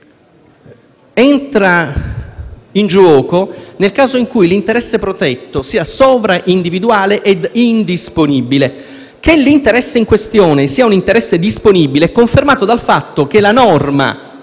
entra in gioco nel caso in cui l'interesse protetto sia sovraindividuale e indisponibile. Che l'interesse in questione sia disponibile è confermato dal fatto che la norma